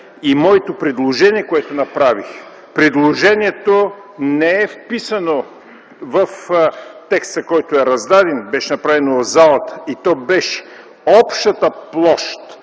§ 2 и предложението, което направих. Предложението не е вписано в текста, който е раздаден, то беше направено в залата и гласеше: общата площ,